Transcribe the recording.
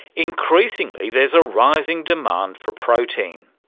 increasingly there's a rising demand for protein.